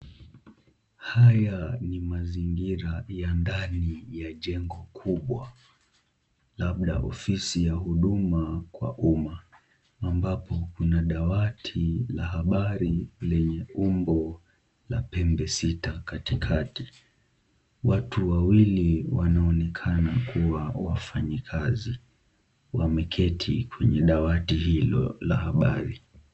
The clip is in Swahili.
Haya ni mazingira ya ndani ya jengo kubwa labda ofisi ya huduma kwa umma ambapo kuna dawati la habari lenye umbo za pembe sita katikati. Watu wawili wanaonekana kuwa wafanyikazi wameketi kwenye dawati hilo la habari.